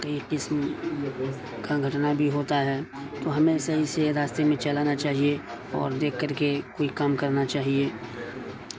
کئی قسم کا گھٹنا بھی ہوتا ہے تو ہمیں صحیح راستے میں چلانا چاہیے اور دیکھ کر کے کوئی کام کرنا چاہیے